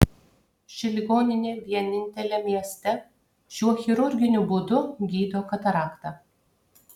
ši ligoninė vienintelė mieste šiuo chirurginiu būdu gydo kataraktą